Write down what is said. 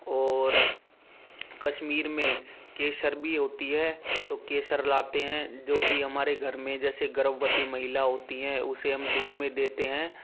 और कश्मीर में केसर भी होती है तो केसर लाते हैं जो भी हमारे घर में जैसे गर्भवती महिला होती है उसे हम दूध में देते हैं